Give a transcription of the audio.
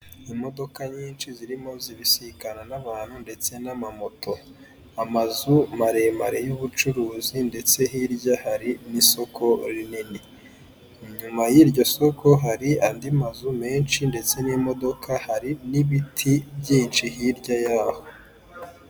Imodoka nyinshi zirimo zibisikana n'abantu ndetse n'amamoto amazu maremare y'ubucuruzi ndetse hirya hari n'isoko rinini, inyuma y'iryo soko hari andi mazu menshi ndetse n'imodoka hari n'ibiti byinshi hirya yaho.